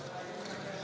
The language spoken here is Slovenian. Hvala